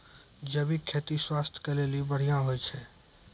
जैविक खेती स्वास्थ्य के लेली बढ़िया होय छै